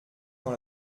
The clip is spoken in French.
dans